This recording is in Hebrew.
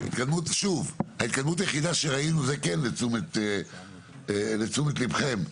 שוב, ההתקדמות היחידה שראינו זה, לתשומת ליבכם,